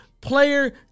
player